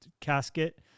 casket